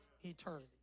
eternity